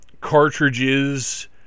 cartridges